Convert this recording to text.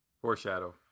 foreshadow